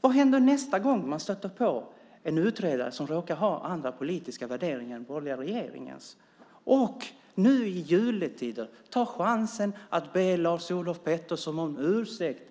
Vad händer nästa gång som man stöter på en utredare som råkar ha andra politiska värderingar än den borgerliga regeringens? Ta nu i juletider chansen att be Lars-Olof Pettersson om ursäkt.